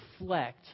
reflect